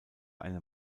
eine